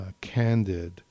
candid